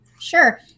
sure